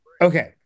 Okay